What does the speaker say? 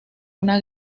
una